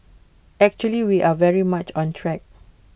actually we are very much on track